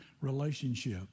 relationship